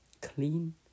clean